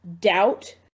doubt